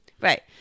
right